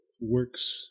works